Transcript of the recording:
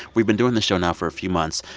we've been doing the show now for a few months.